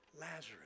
Lazarus